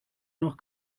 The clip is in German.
noch